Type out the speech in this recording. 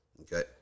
okay